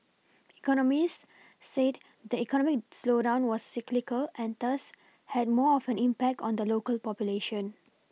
economists said the economic slowdown was cyclical and thus had more of an impact on the local population